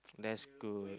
that's good